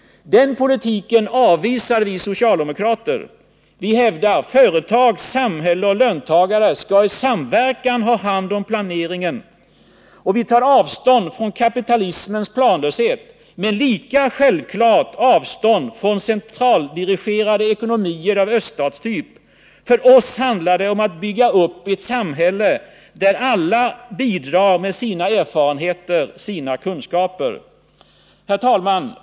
Den politiken avvisar vi socialdemokrater. Vi hävdar att företag, samhälle och löntagare skall i samverkan ha hand om planeringen. Vi tar avstånd från kapitalismens planlöshet. Men lika självklart tar vi avstånd från centraldirigerade ekonomier av öststatstyp. För oss handlar det om att bygga upp ett samarbete där alla bidrar med sina erfarenheter, sina kunskaper. Herr talman!